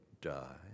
die